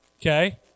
okay